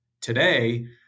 Today